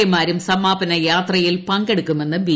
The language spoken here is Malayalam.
എ മാരും സമാപന യാത്രയിൽ പങ്കെടുക്കുമെന്ന് ബി